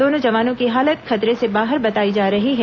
दोनों जवानों की हालत खतरे से बाहर बताई जा रही है